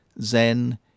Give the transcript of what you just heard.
Zen